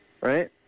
right